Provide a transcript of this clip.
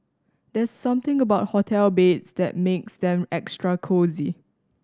there's something about hotel beds that makes them extra cosy